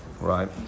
right